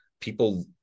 people